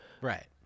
right